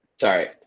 Sorry